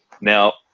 Now